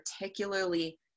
particularly